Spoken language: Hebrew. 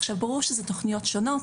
עכשיו ברור שזה תכניות שונות,